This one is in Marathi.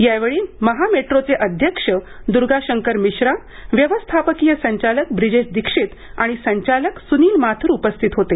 या वेळी महामेट्रोचे अध्यक्ष दुर्गाशंकर मिश्रा व्यवस्थापकीय संचालक व्रीजेश दीक्षित आणि संचालक सुनील माथुर उपस्थित होते